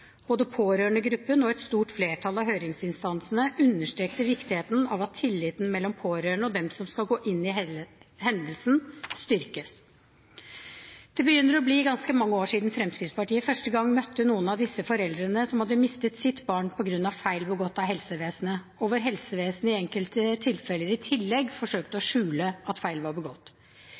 Både pårørendegruppen og et stort flertall av høringsinstansene understreket viktigheten av at tilliten mellom pårørende og dem som skal gå inn i hendelsene, styrkes. Det begynner å bli ganske mange år siden Fremskrittspartiet første gang møtte noen av disse foreldrene som hadde mistet sitt barn på grunn av feil begått av helsevesenet, og hvor helsevesenet i enkelte tilfeller i tillegg forsøkte å skjule at feil var begått.